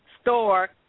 store